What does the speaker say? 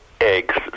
eggs